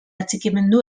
atxikimendu